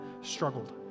struggled